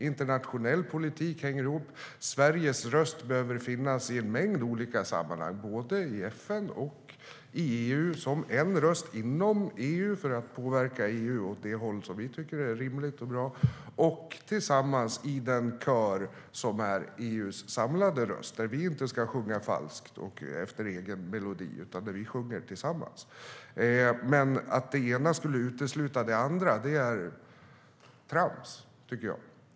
Internationell politik hänger ihop. Sveriges röst behöver finnas i en mängd olika sammanhang, både i FN och i EU, som en röst inom EU för att påverka EU åt det håll som vi tycker är rimligt och bra och tillsammans i den kör som är EU:s samlade röst, där vi inte ska sjunga falskt och efter egen melodi utan där vi sjunger tillsammans. Att det ena skulle utesluta det andra är trams, tycker jag.